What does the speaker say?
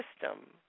system